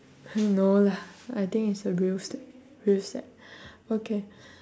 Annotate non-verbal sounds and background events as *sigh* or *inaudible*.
*noise* no lah I think it's a real set real set okay